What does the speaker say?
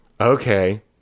Okay